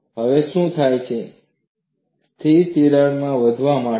હવે શું થાય છે સ્થિર તિરાડ વધવા માંડે છે